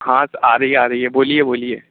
हाँ आ रही है आ रही है बोलिए बोलिए